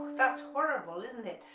that's horrible isn't it?